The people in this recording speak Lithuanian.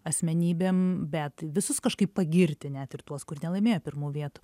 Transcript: asmenybėm bet visus kažkaip pagirti net ir tuos kur nelaimėjo pirmų vietų